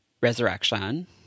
resurrection